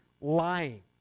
lying